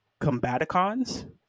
Combaticons